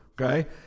okay